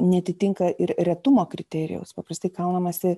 neatitinka ir retumo kriterijaus paprastai kaunamasi